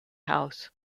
house